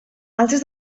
altres